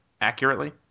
accurately